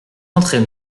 entrer